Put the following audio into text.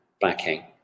backing